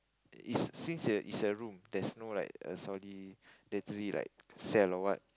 is since it is a room there's no like a solidatory like cell or what